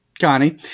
Connie